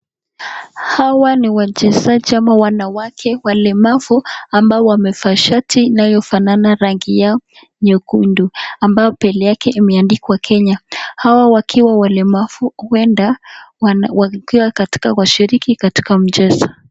Hawa nibwachesaji ama wanawake walemavu, ambao wamevaa shati inayo fanana rangi ya, nyekundu, ambayo mbele yake imeandikwa Kenya, hawa wakiwa walemavu kuenda, wakiwa katika kushiriki katika mjeso.